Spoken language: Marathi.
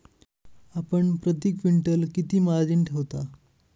आपण प्रती क्विंटल किती मार्जिन ठेवता?